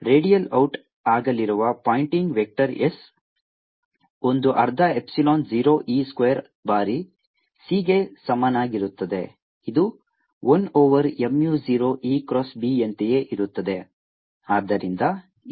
radial out ಆಗಲಿರುವ pointing vector S ಒಂದು ಅರ್ಧ ಎಪ್ಸಿಲಾನ್ 0 E ಸ್ಕ್ವೇರ್ ಬಾರಿ c ಗೆ ಸಮನಾಗಿರುತ್ತದೆ ಇದು 1 over mu 0 E cross b ಯಂತೆಯೇ ಇರುತ್ತದೆ